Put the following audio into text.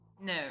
No